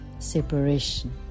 Separation